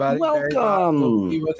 Welcome